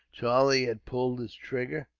charlie had pulled his trigger,